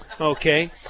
Okay